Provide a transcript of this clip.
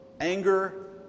anger